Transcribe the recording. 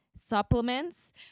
supplements